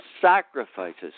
sacrifices